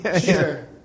Sure